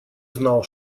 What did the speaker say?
знал